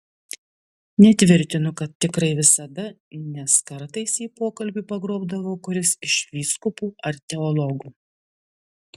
netvirtinu kad tikrai visada nes kartais jį pokalbiui pagrobdavo kuris iš vyskupų ar teologų